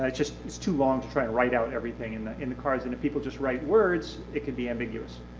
ah it's too long to try to write out everything in the in the cards and if people just write words it can be ambiguous.